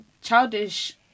childish